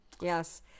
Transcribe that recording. Yes